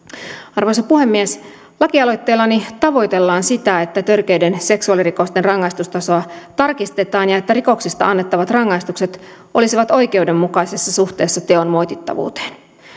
arvoisa puhemies lakialoitteellani tavoitellaan sitä että törkeiden seksuaalirikosten rangaistustasoa tarkistetaan ja että rikoksista annettavat rangaistukset olisivat oikeudenmukaisessa suhteessa teon moitittavuuteen